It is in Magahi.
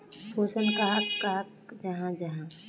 पोषण कहाक कहाल जाहा जाहा?